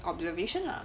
observation lah